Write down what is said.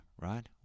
right